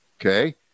Okay